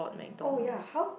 oh ya how